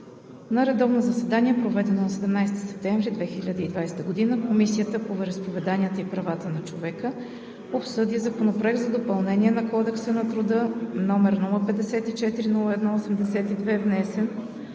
На редовно заседание, проведено на 17 септември 2020 г., Комисията по вероизповеданията и правата на човека обсъди Законопроект за допълнение на Кодекса на труда, № 054-01-82, внесен